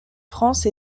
france